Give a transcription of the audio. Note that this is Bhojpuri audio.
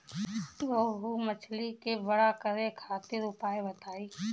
रोहु मछली के बड़ा करे खातिर उपाय बताईं?